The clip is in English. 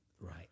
right